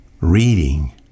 reading